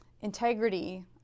integrity